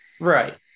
Right